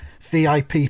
VIP